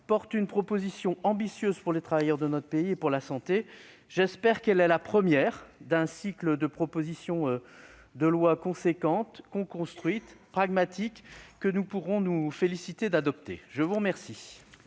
porte une proposition ambitieuse pour les travailleurs de notre pays et pour leur santé. J'espère qu'elle est la première d'un cycle de propositions de loi importantes, coconstruites et pragmatiques, que nous pourrons nous féliciter d'adopter. La parole